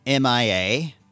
MIA